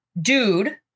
dude